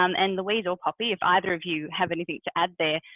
um and, louise or poppy, if either of you have anything to add there,